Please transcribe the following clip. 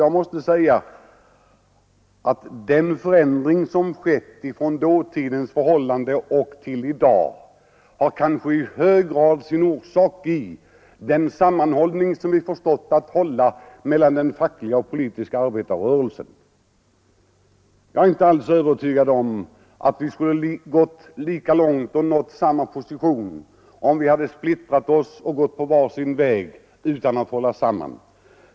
Jag måste säga att den förändring som skett från dåtidens förhållanden till dagens i hög grad har sin orsak i den sammanhållning som vi förstått att skapa mellan den fackliga och den politiska arbetarrörelsen. Jag är inte alls övertygad om att vi skulle ha gått lika långt och nått samma position om vi hade splittrat oss och gått var sin väg utan att hålla samman.